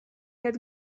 had